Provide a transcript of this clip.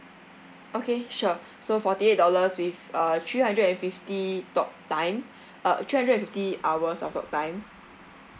okay sure so forty eight dollars with uh three hundred and fifty talk time uh three hundred and fifty hours of talk time